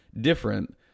different